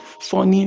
funny